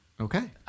Okay